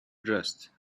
dressed